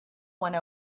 one